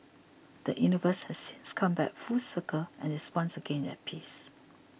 the universe has since come back full circle and is once again at peace